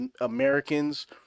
Americans